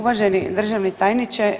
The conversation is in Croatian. Uvaženi državni tajniče.